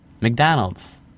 McDonald's